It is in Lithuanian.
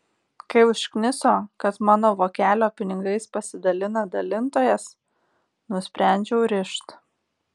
kai užkniso kad mano vokelio pinigais pasidalina dalintojas nusprendžiau rišt